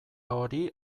hori